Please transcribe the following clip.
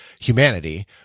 humanity